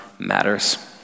matters